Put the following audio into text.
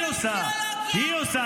היא עושה ניצול.